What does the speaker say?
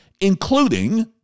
including